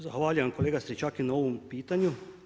Zahvaljujem kolega Stričak na ovom pitanju.